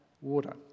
water